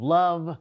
love